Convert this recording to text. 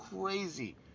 crazy